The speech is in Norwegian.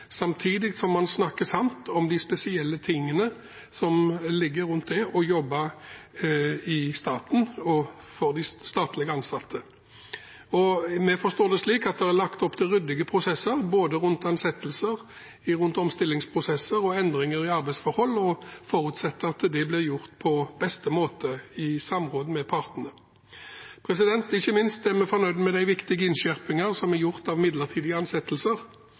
samtidig som man snakker sant om de spesielle tingene som ligger rundt det å jobbe i staten, og for de statlig ansatte. Vi forstår det slik at det er lagt opp til ryddige prosesser både rundt ansettelser, rundt omstillingsprosesser og endringer i arbeidsforhold og forutsetter at det blir gjort på beste måte i samråd med partene. Ikke minst er vi fornøyd med de viktige innskjerpinger som er gjort av midlertidige ansettelser.